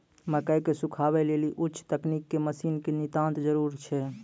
मकई के सुखावे लेली उच्च तकनीक के मसीन के नितांत जरूरी छैय?